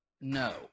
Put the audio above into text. No